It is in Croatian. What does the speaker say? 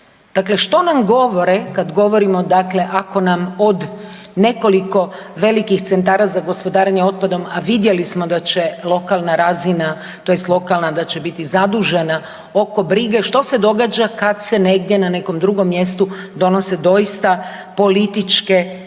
Dakle, što nam govore kad govorimo dakle ako nam od nekoliko velikih centara za gospodarenje otpadom, a vidjeli smo da će lokalna razina, tj. lokalna da će biti zadužena oko brige što se događa kad se negdje na nekom drugom mjestu donose doista političke,